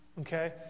Okay